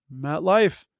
MetLife